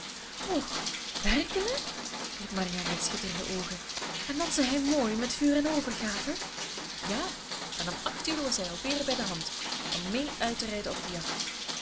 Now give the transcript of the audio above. och werkelijk riep marianne met schitterende oogen en danste hij mooi met vuur en overgave ja en om acht uur was hij alweer bij de hand om mee uit te rijden op de jacht